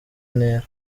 ntera